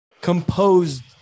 composed